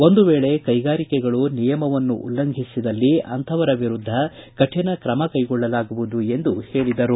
ಒಂದು ವೇಳೆ ಕೈಗಾರಿಕೆಗಳು ನಿಯಮವನ್ನು ಉಲ್ಲಂಘಿಸಿದ್ದಲ್ಲಿ ಅಂಥವರ ವಿರುದ್ಧ ಕಠಿಣ ಕ್ರಮ ಕೈಗೊಳ್ಳಲಾಗುವುದು ಎಂದು ಹೇಳಿದರು